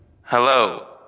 Hello